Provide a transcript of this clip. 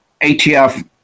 ATF